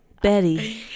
Betty